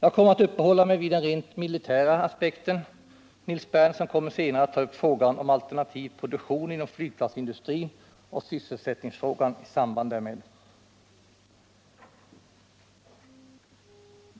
Jag kommer att uppehålla mig vid den rent militära aspekten. Nils Berndtson kommer sedan att ta upp frågan om alternativ produktion inom flygplansindustrin och sysselsättningsfrågan i samband därmed.